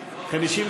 נתקבלה.